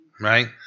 right